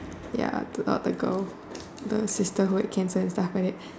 ya to the other girl the sister who had cancer and stuff like that